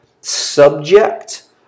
subject